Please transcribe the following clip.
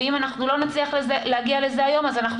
ואם לא נצליח להגיע לזה היום אז אנחנו